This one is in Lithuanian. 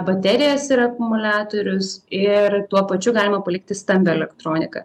baterijas ir akumuliatorius ir tuo pačiu galima palikti stambią elektroniką